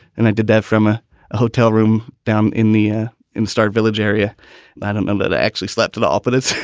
and i did that from a hotel room down in the ah start village area that i'm in, that i actually slept at the opposite.